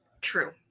true